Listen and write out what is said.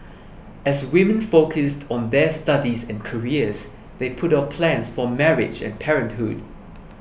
as women focused on their studies and careers they put off plans for marriage and parenthood